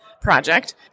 project